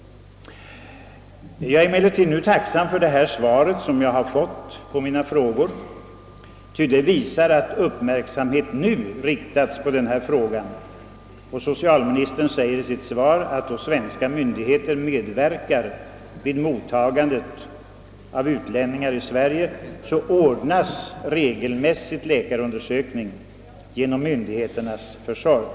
Jag är emellertid tacksam för det svar jag har fått på mina frågor, ty det visar att uppmärksamheten nu riktats på dessa. Socialministern säger i sitt svar att då svenska myndigheter medverkar vid mottagande av utlänningar i Sverige ordnas regelmässigt läkarundersökning genom myndigheternas försorg.